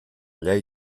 llei